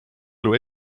elu